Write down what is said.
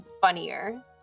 funnier